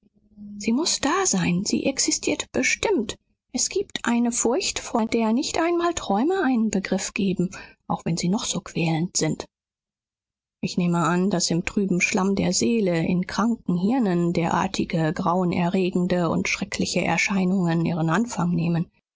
sie muß da sein sie existiert bestimmt es gibt eine furcht von der nicht einmal träume einen begriff geben auch wenn sie noch so quälend sind ich nehme an daß im trüben schlamm der seele in kranken hirnen derartige grauenerregende und schreckliche erscheinungen ihren anfang nehmen